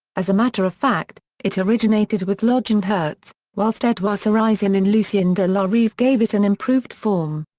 as a matter of fact, it originated with lodge and hertz, whilst edouard sarasin and lucien de la rive gave it an improved form.